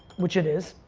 which it is.